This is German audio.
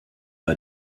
bei